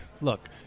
look